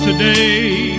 today